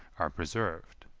are preserved.